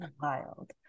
wild